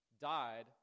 died